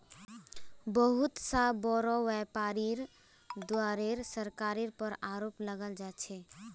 बहुत स बोरो व्यापीरीर द्वारे सरकारेर पर आरोप लगाल जा छेक